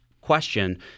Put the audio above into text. question